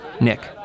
Nick